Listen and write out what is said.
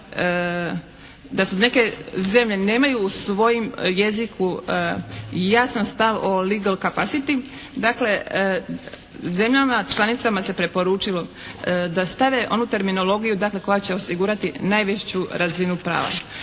da su neke zemlje nemaju u svojem jeziku jasan stav o legal capasity. Dakle, zemljama članicama se preporučilo da stave onu terminologiju, dakle koja će osigurati najveću razinu prava,